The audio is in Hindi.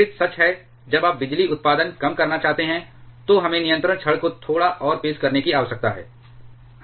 विपरीत सच है जब आप बिजली उत्पादन कम करना चाहते हैं तो हमें नियंत्रण छड़ को थोड़ा और पेश करने की आवश्यकता है